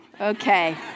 okay